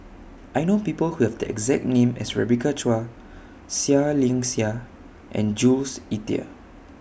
I know People Who Have The exact name as Rebecca Chua Seah Liang Seah and Jules Itier